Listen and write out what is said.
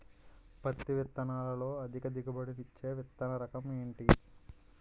పత్తి విత్తనాలతో అధిక దిగుబడి నిచ్చే విత్తన రకం ఏంటి?